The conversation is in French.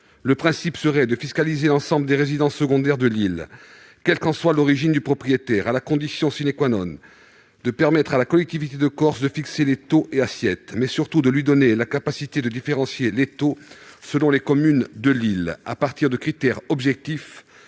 Le principe serait de fiscaliser l'ensemble des résidences secondaires de l'île, quelle que soit l'origine du propriétaire, à la condition de permettre à la collectivité de Corse de fixer les taux et assiette, mais surtout de lui donner la capacité de différencier les taux selon les communes, à partir de critères objectifs-